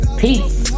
peace